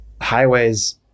Highways